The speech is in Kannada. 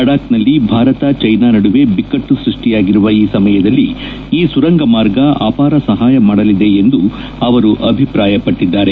ಲಡಾಬ್ನಲ್ಲಿ ಭಾರತ ಚೀನಾ ನಡುವೆ ಬಿಕ್ಕಟ್ಟು ಸೃಷ್ಟಿಯಾಗಿರುವ ಈ ಸಮಯದಲ್ಲಿ ಈ ಸುರಂಗ ಮಾರ್ಗ ಅಪಾರ ಸಹಾಯ ಮಾಡಲಿದೆ ಎಂದು ಅವರು ಅಭಿಪ್ರಾಯಪಟ್ಟಿದ್ದಾರೆ